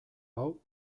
hau